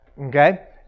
Okay